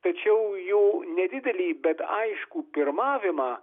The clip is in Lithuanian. tačiau jau nedidelį bet aiškų pirmavimą